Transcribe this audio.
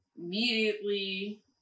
immediately